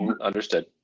understood